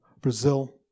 Brazil